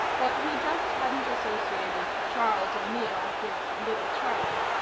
but he just hadn't associated charles o'neill with little charlie.